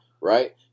Right